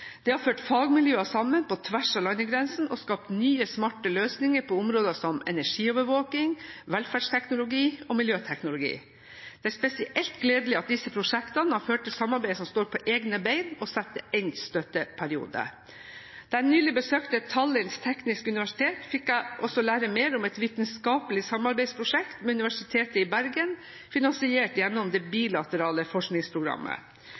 Det har ført fagmiljøer sammen på tvers av landegrensene og skapt nye og smarte løsninger på områder som energiovervåkning, velferdsteknologi og miljøteknologi. Det er spesielt gledelig at disse prosjektene har ført til samarbeid som står på egne bein, også etter endt støtteperiode. Da jeg nylig besøkte Tallinns tekniske universitet, fikk jeg også lære mer om et vitenskapelig samarbeidsprosjekt med Universitetet i Bergen, finansiert gjennom det bilaterale forskningsprogrammet.